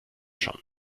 schon